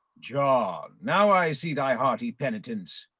john, now i see thy hearty penitence,